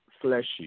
fleshy